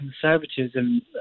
conservatism